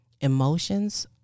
emotions